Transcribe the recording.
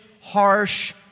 harsh